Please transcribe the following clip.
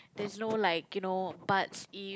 there's no like you know buts if